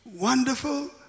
wonderful